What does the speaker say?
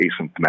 asymptomatic